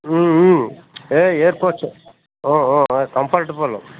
ಹ್ಞೂ ಹ್ಞೂ ಏ ಕೋಚ್ ಹ್ಞೂ ಹ್ಞೂ ಹಾಂ ಕಂಫರ್ಟಬಲು